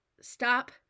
stop